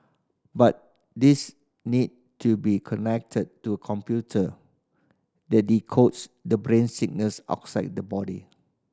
but these need to be connected to a computer that decodes the brain signals outside the body